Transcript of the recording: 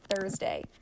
Thursday